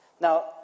Now